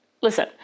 Listen